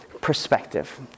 perspective